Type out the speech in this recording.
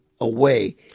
away